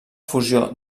fusió